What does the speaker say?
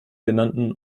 genannten